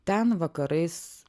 ten vakarais